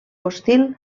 hostil